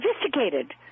sophisticated